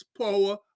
power